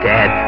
Dad